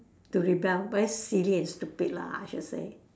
to rebel but it's silly and stupid lah I should say